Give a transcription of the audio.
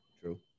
True